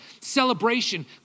celebration